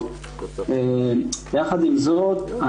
יחד עם זאת,